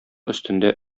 өстендә